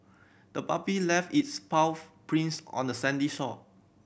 the puppy left its paw prints on the sandy shore